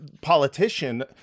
politician